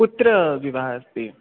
पुत्रविवाह अस्ति